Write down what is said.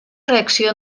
reacció